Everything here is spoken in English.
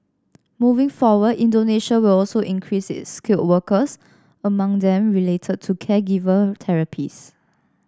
moving forward Indonesia will also increase skilled workers among them related to caregiver therapists